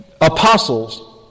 apostles